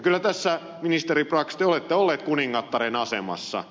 kyllä tässä ministeri brax te olette ollut kuningattaren asemassa